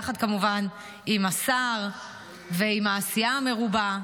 כמובן ביחד עם השר ועם העשייה המרובה,